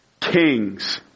kings